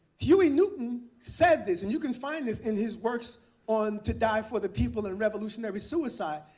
huey newton, said this and you can find this in his works on to die for the people and revolutionary suicide.